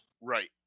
Right